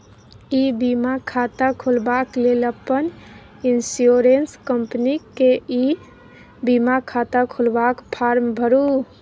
इ बीमा खाता खोलबाक लेल अपन इन्स्योरेन्स कंपनीक ई बीमा खाता खोलबाक फार्म भरु